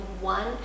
one